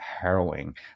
harrowing